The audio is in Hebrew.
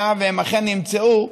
היה והם אכן נמצאו,